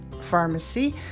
pharmacy